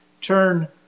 turn